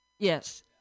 Yes